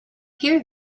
here